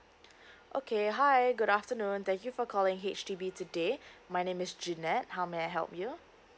okay hi good afternoon thank you for calling H_D_B today my name is jeanette how may I help you